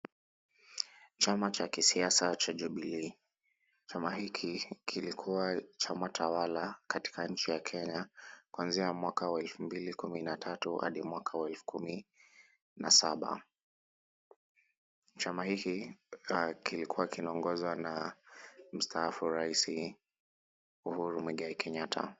Chama cha kisiasa cha Jubilee. Chama hiki kilikuwa chama tawala katika nchi ya Kenya kuanzia mwaka wa elfu mbili kumi na tatu hadi mwaka wa elfu kumi na saba. Chama hiki, kilikuwa kinaongozwa na mstaafu rais Uhuru Muigai Kenyatta.